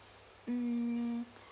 mm